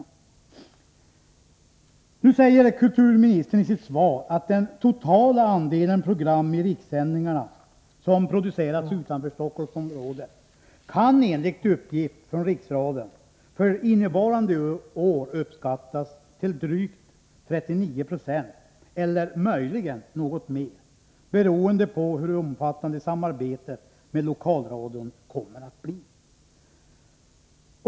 Nu säger kulturministern i sitt svar att den totala andelen program i rikssändningarna som produceras utanför Stockholmsområdet, enligt uppgift från Riksradion, för innevarande år uppskattas till drygt 39 90 eller möjligen något mer beroende på hur omfattande samarbetet med Lokalradion kommer att bli.